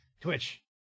Twitch